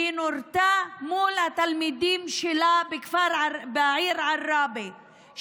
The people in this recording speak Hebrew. והיא נורתה מול התלמידים שלה בעיר עראבה,